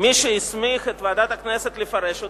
מי שהסמיך את ועדת הכנסת לפרש אותן,